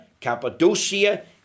Cappadocia